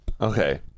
Okay